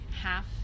half